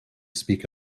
speak